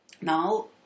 now